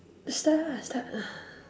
start lah start lah